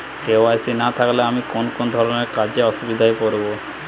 KYC না থাকলে আমি কোন কোন ধরনের কাজে অসুবিধায় পড়ব?